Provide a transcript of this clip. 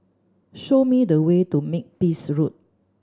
show me the way to Makepeace Road